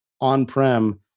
on-prem